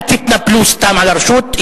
אל תתנפלו סתם על הרשות.